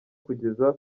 kugeza